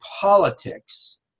politics